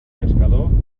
pescador